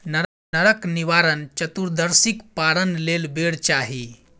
नरक निवारण चतुदर्शीक पारण लेल बेर चाही